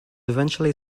eventually